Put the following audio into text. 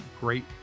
great